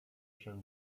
się